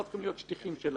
לא צריכים להיות שטיחים שלהם,